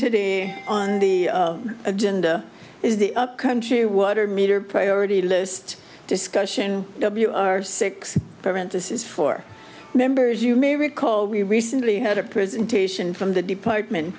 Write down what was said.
today on the agenda is the upcountry water meter priority list discussion w r six parent this is for members you may recall we recently had a presentation from the department